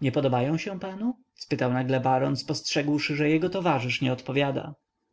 nie podobają się panu spytał nagle baron spostrzegłszy że jego towarzysz nie odpowiada